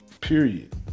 Period